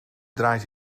draait